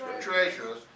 treasures